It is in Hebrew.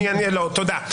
תודה.